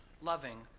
loving